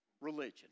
religion